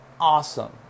Awesome